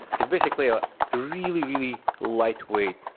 it's basically a really, really lightweight,